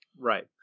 Right